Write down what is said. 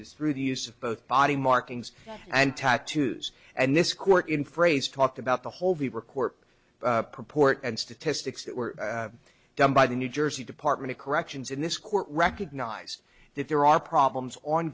says through the use of both body markings and tattoos and this court in phrase talked about the whole the record purport and statistics that were done by the new jersey department of corrections in this court recognize that there are problems